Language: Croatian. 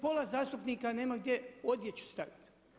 Pola zastupnika nema gdje odjeću staviti.